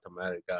America